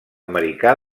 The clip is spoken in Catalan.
americà